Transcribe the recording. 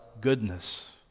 goodness